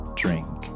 drink